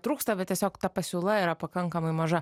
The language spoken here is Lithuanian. trūksta bet tiesiog ta pasiūla yra pakankamai maža